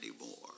anymore